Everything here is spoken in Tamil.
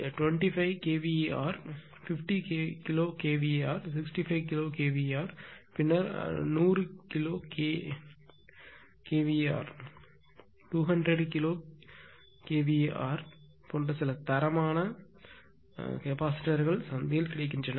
25 KVAR 50 kilo KVAR 65 kilo KVAR பின்னர் 100 கிலோ விஏஆர் 200 கிலோ விஏஆர் போன்ற சில தரமான கெப்பாசிட்டர்கள் சந்தையில் கிடைக்கின்றன